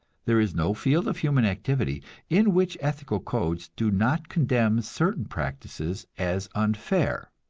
there is no field of human activity in which ethical codes do not condemn certain practices as unfair.